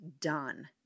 done